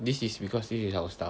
this is because this is our stuff